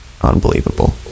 Unbelievable